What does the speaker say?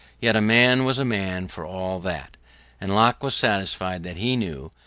yet a man was a man for all that and locke was satisfied that he knew,